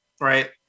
right